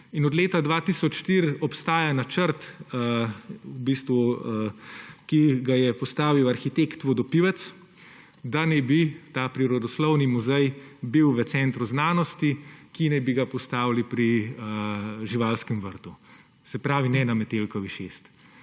in od leta 2004 obstaja načrt, ki ga je postavil arhitekt Vodopivec, da naj bi bil ta prirodoslovni muzej v centru znanosti, ki naj bi ga postavili pri živalskem vrtu. Se pravi ne na Metelkovi 6.